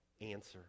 answer